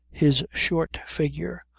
his short figure,